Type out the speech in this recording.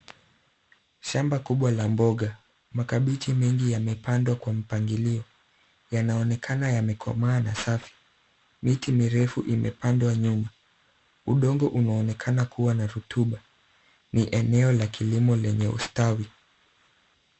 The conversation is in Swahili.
Shamba kubwa la mboga. Makabichi mengi yamepandwa kwa mpangilio. Yanaonekana yamekomaa na safi. Miti mirefuinaonekana nyuma. Udongo unaonekana kuwa na ruruba. Ni eneo la kilimo lenye ustawi.